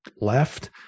left